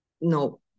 no